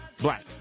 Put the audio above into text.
Black